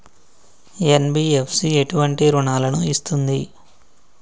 NBFC ఎటువంటి రుణాలను ఇస్తుంది?